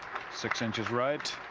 six inches right.